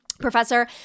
professor